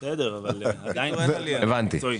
הבנתי.